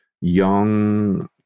young